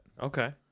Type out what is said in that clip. Okay